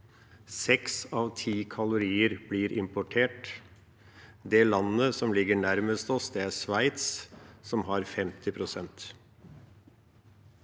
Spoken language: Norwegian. av ti kalorier blir importert. Det landet som ligger nærmest oss, er Sveits, som har 50 pst.